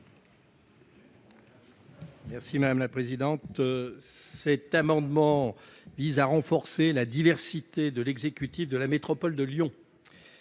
M. Gilbert-Luc Devinaz. Cet amendement vise à renforcer la diversité de l'exécutif de la métropole de Lyon.